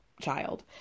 child